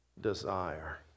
desire